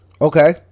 Okay